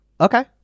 Okay